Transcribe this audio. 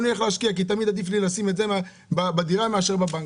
אני הולך להשקיע כי תמיד עדיף לי להשקיע את זה בדירה מאשר בבנק.